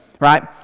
Right